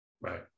Right